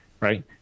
right